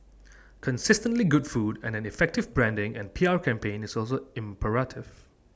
consistently good food and an effective branding and P R campaign is also imperative